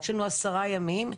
יש לנו עשרה ימים.